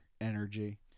energy